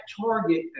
target